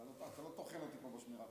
אתה לא טוחן אותי פה בשמירה.